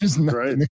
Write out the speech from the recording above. Right